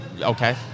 Okay